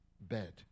bed